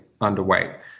underweight